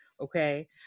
okay